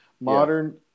modern